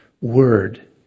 word